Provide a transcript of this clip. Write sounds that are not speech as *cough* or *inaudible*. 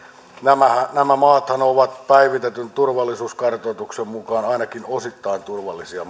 nämä nämä maathan ovat päivitetyn turvallisuuskartoituksen mukaan ainakin osittain turvallisia *unintelligible*